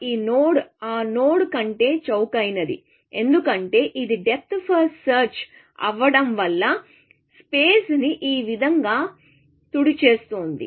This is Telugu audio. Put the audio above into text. ఈ నోడ్ ఆ నోడ్ కంటే చౌకైనది ఎందుకంటే ఇది డెప్త్ ఫస్ట్ సెర్చ్ అవడం వల్ల స్పేస్ ని ఈ విధంగా తుడిచేస్తుంది